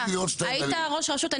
היית ראש רשות,